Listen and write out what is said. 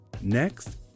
Next